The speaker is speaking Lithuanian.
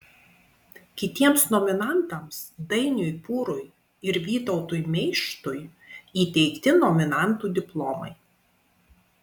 kitiems nominantams dainiui pūrui ir vytautui meištui įteikti nominantų diplomai